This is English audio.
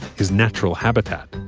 his natural habitat,